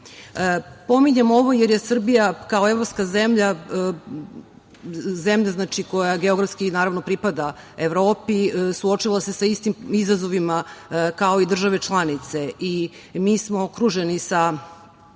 EU.Pominjem ovo jer je Srbija kao evropska zemlja zemlja koja geografski pripada Evropi, suočava se sa istim izazovima kao i države članice i mi smo okruženi sa